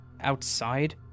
outside